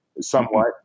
somewhat